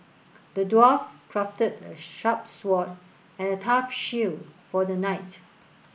the dwarf crafted a sharp sword and a tough shield for the knight